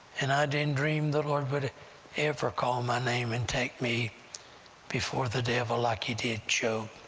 and i didn't dream the lord would ever call my name and take me before the devil like he did job,